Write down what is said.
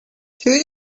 two